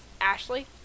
Ashley